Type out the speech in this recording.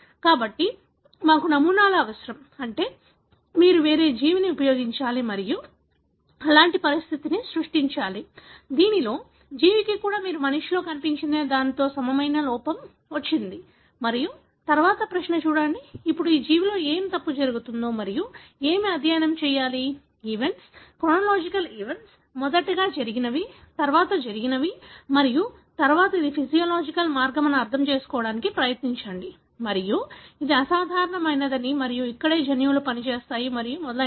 కాబట్టి మాకు నమూనాలు అవసరం అంటే మీరు వేరే జీవిని ఉపయోగించాలి మరియు పరిస్థితిని సృష్టించాలి దీనిలో జీవికి కూడా మీరు మనిషిలో కనిపించే దానితో సమానమైన లోపం వచ్చింది మరియు తరువాత ప్రశ్న అడగండి ఇప్పుడు ఈ జీవిలో ఏమి తప్పు జరుగుతుందో మరియు ఏమి అధ్యయనం చేయాలి ఈవెంట్స్ క్రోనోలాజికల్ ఈవెంట్స్ మొదటగా జరిగినవి తర్వాత జరిగినవి మరియు తరువాత ఇది ఫిజియోలాజికల్ మార్గం అని అర్థం చేసుకోవడానికి ప్రయత్నించండి మరియు ఇది అసాధారణమైనది మరియు ఇక్కడే జన్యువులు పనిచేస్తాయి మరియు మొదలైనవి